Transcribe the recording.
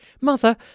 Mother